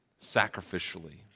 sacrificially